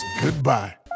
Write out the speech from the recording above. goodbye